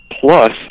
Plus